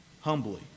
humbly